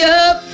up